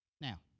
Now